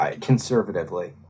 conservatively